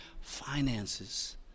finances